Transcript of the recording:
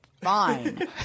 fine